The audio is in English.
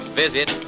visit